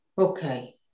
Okay